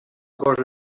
cosa